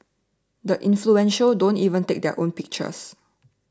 the influential don't even take their own photos